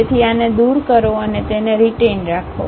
તેથી આને દૂર કરો અને તેને રિટેઈન રાખો